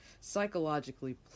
psychologically